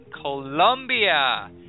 Colombia